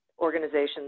organizations